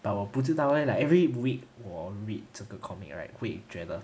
but 我不知道 leh like every week 我 read 这个 comic right 会觉得